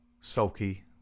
Sulky